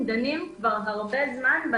אנחנו דנים זמן רב באפשרויות